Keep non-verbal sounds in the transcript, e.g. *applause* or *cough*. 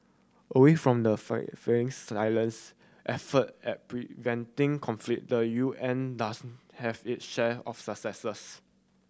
away from the *unintelligible* very silence effort at preventing conflict the U N does have it share of successes